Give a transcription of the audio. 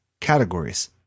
categories